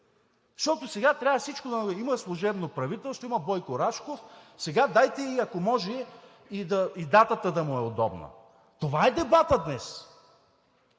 защото сега трябва всичко – има служебно правителство, има Бойко Рашков, сега дайте, ако може, и датата да му е удобна! Това е дебатът днес!